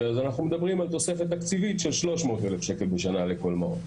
אז אנחנו מדברים על תוספת תקציבית של שלוש מאות אלף שקל בשנה לכל מעון,